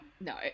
no